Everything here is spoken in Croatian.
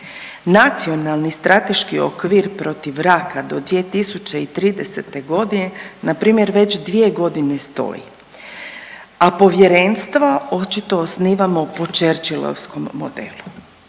Nacionalni strateški okvir protiv raka do 2030. godine npr. već dvije godine stoji, a povjerenstvo očito osnivamo po Churchill-ovskom modelu.